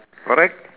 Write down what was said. correct